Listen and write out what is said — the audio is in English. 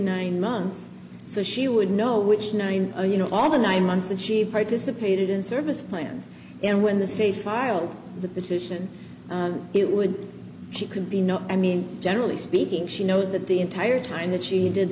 nine months so she would know which nine you know all the nine months that she participated in service plans and when the state filed the petition it would she could be not i mean generally speaking she knows that the entire time that she did